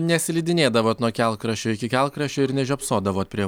neslidinėdavot nuo kelkraščio iki kelkraščio ir nežiopsodavot prie